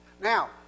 Now